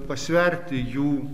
pasverti jų